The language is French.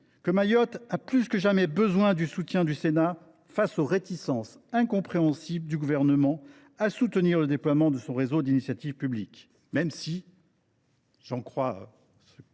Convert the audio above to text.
que Mayotte a plus que jamais besoin du soutien du Sénat face aux réticences incompréhensibles du Gouvernement à soutenir le déploiement de son réseau d’initiative publique – bien que, si j’en crois